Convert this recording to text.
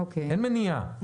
אין מניעה.